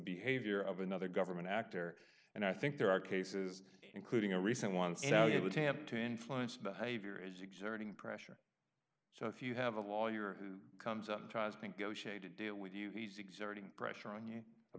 behavior of another government actor and i think there are cases including a recent one so you would have to influence behavior is exerting pressure so if you have a lawyer who comes out and tries to go shade to deal with you he's exerting pressure on you i